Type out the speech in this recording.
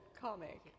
comic